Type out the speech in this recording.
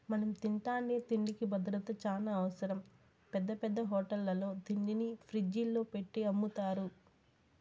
మనం తింటాండే తిండికి భద్రత చానా అవసరం, పెద్ద పెద్ద హోటళ్ళల్లో తిండిని ఫ్రిజ్జుల్లో పెట్టి అమ్ముతారు